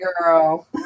girl